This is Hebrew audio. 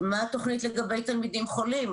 מה התוכנית לגבי תלמידים חולים?